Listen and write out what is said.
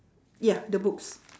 yeah the books